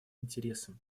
интересам